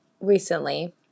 recently